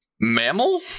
mammal